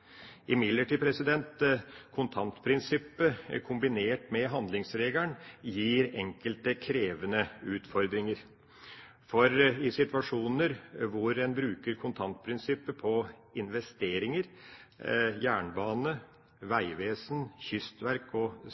Kontantprinsippet kombinert med handlingsregelen gir imidlertid enkelte krevende utfordringer. For i situasjoner hvor en bruker kontantprinsippet på investeringer, jernbane, vegvesen, Kystverket og